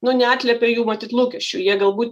nu neatliepia jų matyt lūkesčių jie galbūt